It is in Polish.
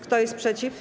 Kto jest przeciw?